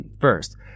First